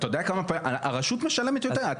הרשות משלמת יותר.